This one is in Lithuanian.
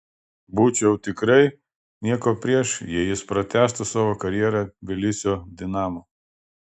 būčiau tikrai nieko prieš jei jis pratęstų savo karjerą tbilisio dinamo